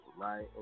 Right